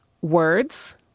words